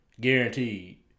Guaranteed